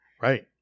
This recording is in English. Right